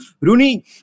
Rooney